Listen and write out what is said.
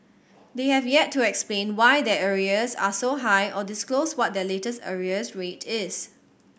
they have yet to explain why their arrears are so high or disclose what their latest arrears rate is